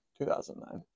2009